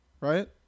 right